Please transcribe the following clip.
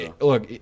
Look